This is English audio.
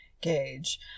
gauge